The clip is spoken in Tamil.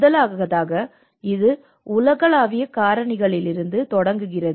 முதலாவதாக இது உலகளாவிய காரணிகளிலிருந்து தொடங்குகிறது